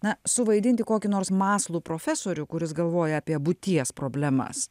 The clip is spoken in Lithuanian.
na suvaidinti kokį nors mąslų profesorių kuris galvoja apie būties problemas